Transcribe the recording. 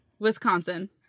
Wisconsin